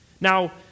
Now